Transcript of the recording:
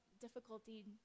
difficulty